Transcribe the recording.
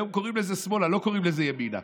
היום קוראים לזה "שמאלה", לא קוראים לזה "ימינה".